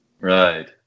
Right